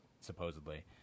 supposedly